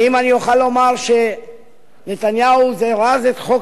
האם אני אוכל לומר שנתניהו זירז את חוק